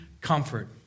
comfort